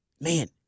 man –